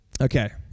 Okay